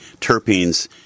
terpenes